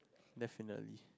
definitely